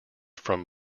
from